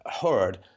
heard